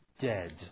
dead